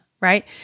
right